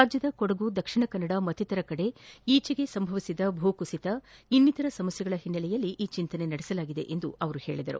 ರಾಜ್ಞದ ಕೊಡಗು ದಕ್ಷಿಣ ಕನ್ನಡ ಮತ್ತಿತರ ಕಡೆ ಈಜೆಗೆ ಸಂಭವಿಸಿದ ಭೂಕುಸಿತ ಇನ್ನಿತರ ಸಮಸ್ಥೆಗಳ ಹಿನ್ನೆಲೆಯಲ್ಲಿ ಈ ಚಿಂತನೆ ನಡೆಸಲಾಗಿದೆ ಎಂದು ಅವರು ಹೇಳಿದರು